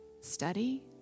study